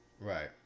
Right